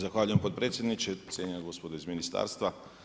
Zahvaljuje potpredsjedniče, cijenjena gospodo iz ministarstva.